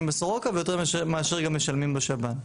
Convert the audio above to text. בסורוקה ויותר ממה שמשלמים בשב"ן.